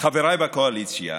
חבריי בקואליציה,